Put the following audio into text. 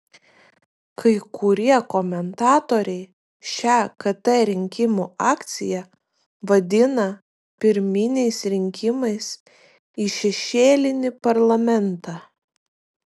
kai kurie komentatoriai šią kt rinkimų akciją vadina pirminiais rinkimais į šešėlinį parlamentą